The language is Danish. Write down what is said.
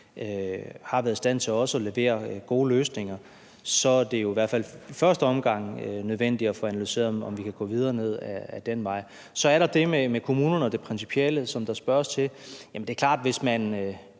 har været i stand til også at levere gode løsninger, så er det jo i hvert fald i første omgang nødvendigt at få analyseret, om vi kan gå videre ned ad den vej. Så er der det med kommunerne og det principielle, som der spørges til. Jamen det er klart, at hvis man